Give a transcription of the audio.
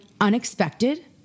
unexpected